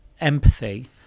empathy